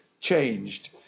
changed